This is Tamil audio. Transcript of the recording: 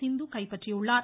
சிந்து கைப்பற்றியுள்ளார்